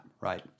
right